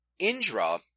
Indra